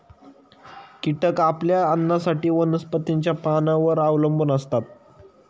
कीटक आपल्या अन्नासाठी वनस्पतींच्या पानांवर अवलंबून असतो